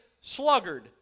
sluggard